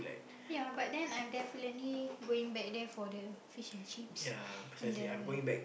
ya but then I'm definitely going back there for the fish and chips and the